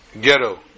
ghetto